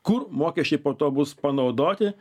kur mokesčiai po to bus panaudoti